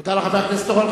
תודה לחבר הכנסת אורון.